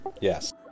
Yes